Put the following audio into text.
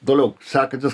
toliau sekantis